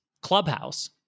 Clubhouse